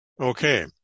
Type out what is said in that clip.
Okay